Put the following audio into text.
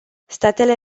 statele